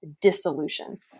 dissolution